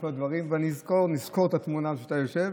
נפלו דברים, ונזכור את התמונה הזאת שאתה יושב,